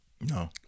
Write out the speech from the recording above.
No